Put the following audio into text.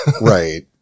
Right